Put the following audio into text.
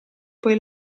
poi